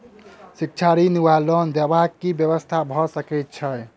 शिक्षा ऋण वा लोन देबाक की व्यवस्था भऽ सकै छै?